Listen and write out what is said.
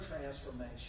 transformation